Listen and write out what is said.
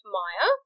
Maya